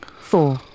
four